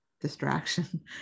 distraction